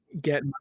get